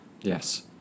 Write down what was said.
yes